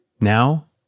Now